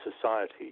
society